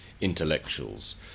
intellectuals